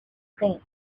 brain